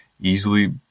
easily –